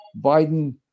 Biden